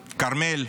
כרמל,